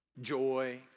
Joy